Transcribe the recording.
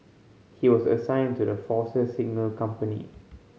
he was assigned to the Force's Signal company